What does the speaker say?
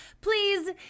Please